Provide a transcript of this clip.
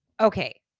Okay